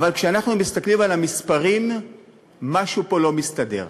אבל כשאנחנו מסתכלים על המספרים משהו פה לא מסתדר.